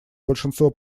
большинство